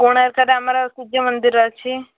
କୋଣାର୍କରେ ଆମର ସୁର୍ଯ୍ୟମନ୍ଦିର ଅଛି